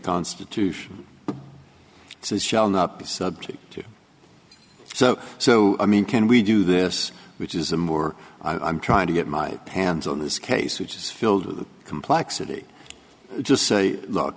constitution says shall not be subject to so so i mean can we do this which is the more i'm trying to get my hands on this case which is filled with complexity just say